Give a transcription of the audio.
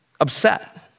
upset